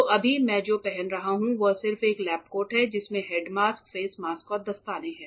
तो अभी मैं जो पहन रहा हूं वह सिर्फ एक लैब कोट है जिसमें हेड मास्क फेस मास्क और दस्ताने हैं